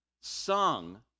sung